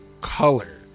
color